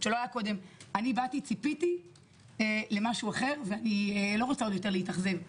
אני באתי וציפיתי למשהו אחר ואני לא רוצה עוד להתאכזב.